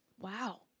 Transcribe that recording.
wow